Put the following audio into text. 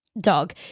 dog